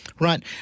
Right